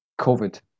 COVID